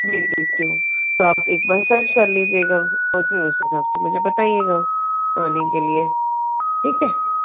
भेज देती हूँ तो आप एक बार सर्च कर लीजिएगा और फिर उस हिसाब से मुझे बताइएगा आने के लिए ठीक है